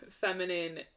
feminine